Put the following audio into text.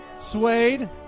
Suede